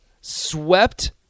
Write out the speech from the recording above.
swept